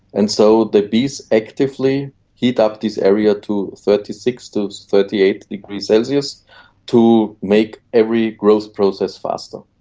and so the bees actively heat up this area to thirty six to thirty eight degrees celsius to make every growth process faster.